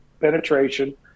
penetration